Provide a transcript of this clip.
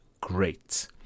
great